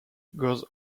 goes